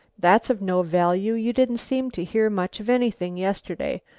that's of no value. you didn't seem to hear much of anything yesterday.